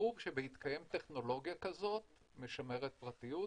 ברור שבהתקיים טכנולוגיה כזאת משמרת פרטיות,